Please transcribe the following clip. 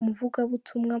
umuvugabutumwa